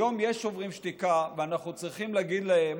היום יש שוברים שתיקה, ואנחנו צריכים להגיד להם,